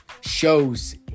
shows